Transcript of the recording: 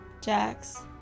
Jax